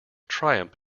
triumph